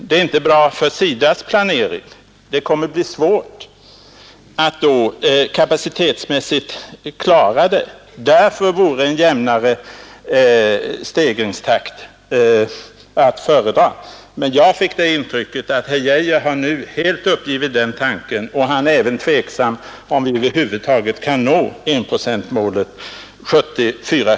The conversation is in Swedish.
Det är inte bra för SIDA:s planering, det kommer att bli svårt att kapacitetsmässigt klara det. Därför vore en jämnare stegringstakt att föredra. Men jag fick det intrycket att herr Geijer nu helt har uppgivit den tanken och t.o.m. är tveksam om vi över huvud taget skall nå enprocentsmålet 1974/75.